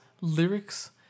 lyrics